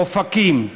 אופקים,